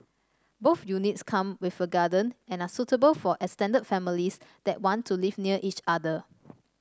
both units come with a garden and are suitable for extended families that want to live near each other